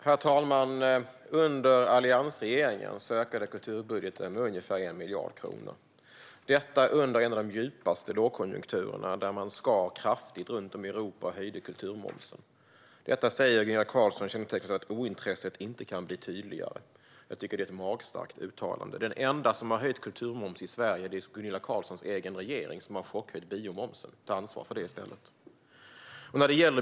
Herr talman! Under alliansregeringen ökade kulturbudgeten med ungefär 1 miljard kronor. Det skedde under en av de djupaste lågkonjunkturerna, då man skar ned kraftigt runt om i Europa och höjde kulturmomsen. Detta, säger Gunilla Carlsson, kännetecknas av att ointresset inte kan bli tydligare. Jag tycker att det är ett magstarkt uttalande. Den enda som har höjt kulturmoms i Sverige är Gunilla Carlssons egen regering, som har chockhöjt biomomsen. Ta ansvar för det i stället!